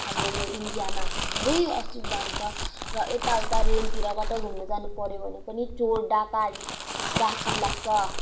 हाम्रो यो इन्डियामा धेरै असुविधा हुन्छ र यता उता रेलतिर कतै घुम्नु जानु पऱ्यो भने पनि चोर डाका डाकु लाग्छ